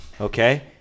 Okay